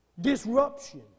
disruption